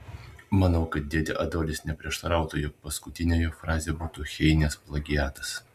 manau kad dėdė adolis neprieštarautų jeigu paskutinė jo frazė būtų heinės plagiatas